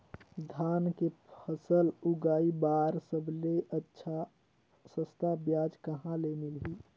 धान के फसल उगाई बार सबले अच्छा सस्ता ब्याज कहा ले मिलही?